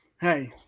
hey